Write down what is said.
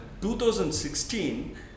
2016